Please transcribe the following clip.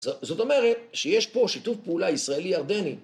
זאת אומרת שיש פה שיתוף פעולה ישראלי-ירדני.